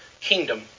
kingdom